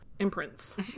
Imprints